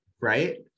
Right